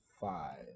five